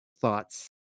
thoughts